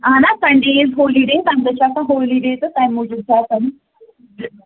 اَہن حظ Sunday is holiday تَمہِ دۄہ چھِ آسان ہولی ڈے تہٕ تَمہِ موٗجوٗب چھُ آسان